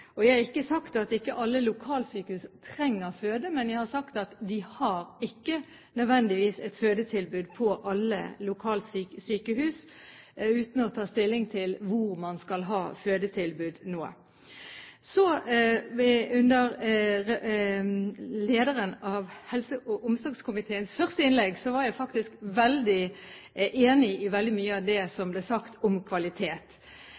riktig. Jeg har ikke sagt at ikke alle lokalsykehus trenger et fødetilbud, men jeg har sagt at de har ikke nødvendigvis et fødetilbud på alle lokalsykehus – uten å ta stilling til hvor man skal ha fødetilbud nå. Under første innlegg til lederen av helse- og omsorgskomiteen var jeg enig i veldig mye av det som ble sagt om kvalitet.